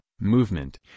movement